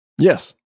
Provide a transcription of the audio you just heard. Yes